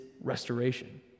restoration